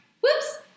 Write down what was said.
whoops